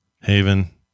Haven